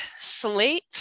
slate